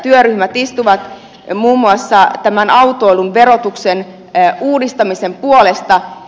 työryhmät istuvat muun muassa tämän autoilun verotuksen uudistamisen puolesta